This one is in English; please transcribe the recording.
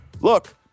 Look